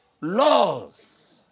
laws